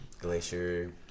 Glacier